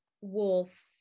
Wolf